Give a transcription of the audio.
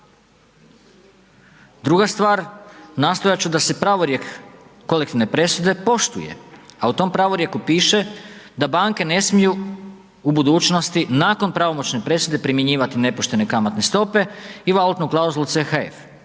Druga stvar nastojat ću da se pravorijek kolektivne presude poštuje, a u tom pravorijeku piše da banke ne smiju u budućnosti nakon pravomoćne presude, primjenjivati nepoštene kamatne stope i valutnu klauzulu CHF.